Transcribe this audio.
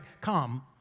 come